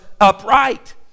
upright